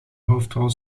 hoofdrol